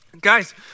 Guys